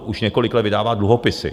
Už několik let vydává dluhopisy.